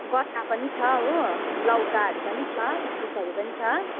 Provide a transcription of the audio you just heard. गट्टा पनि छ हो लौकाहरू पनि छ इस्कुसहरू पनि छ